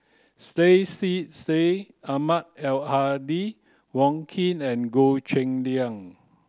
Syed Sheikh Syed Ahmad Al Hadi Wong Keen and Goh Cheng Liang